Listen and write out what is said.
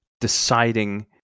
deciding